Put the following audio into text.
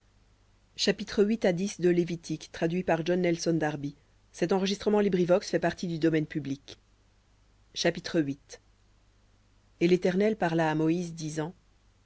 chapitre et l'éternel parla à moïse disant